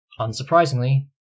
unsurprisingly